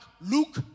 Luke